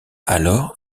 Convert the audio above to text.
alors